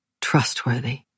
Trustworthy